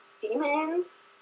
demons